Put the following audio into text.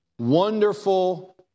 wonderful